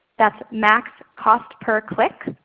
that's max cost per click.